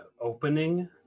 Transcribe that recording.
opening